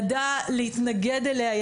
ידע להתנגד אליה,